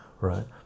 right